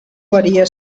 varía